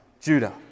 Judah